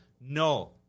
No